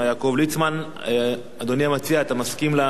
אדוני המציע, אתה מסכים להתניות של הממשלה.